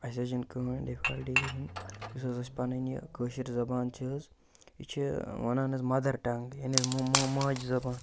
اَسہِ حظ چھِنہٕ کٕہۭنۍ ڈِفکَلٹی یُس حظ اَسہِ پَنٕنۍ یہِ کٲشٕر زبان چھِ حظ یہِ چھِ وَنان حظ مَدَر ٹنٛگ یعنی ماجہِ زبان